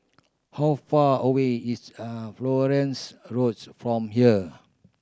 how far away is a Florence Roads from here